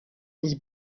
ich